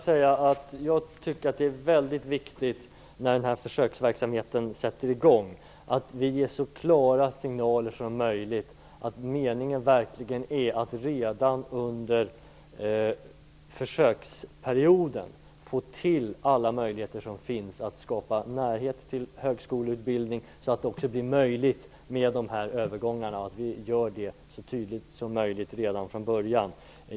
Fru talman! Jag tycker att det är väldigt viktigt att vi ger så klara signaler som möjligt när försöksverksamheten sätter i gång att meningen är att redan under försöksperioden skapa närhet till högskoleutbildning så att det blir möjligt med övergångar. Det måste sägas så tydligt som möjligt från början.